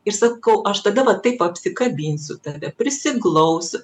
ir sakau aš tada vat taip apsikabinsiu tave prisiglausiu